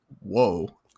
Whoa